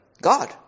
God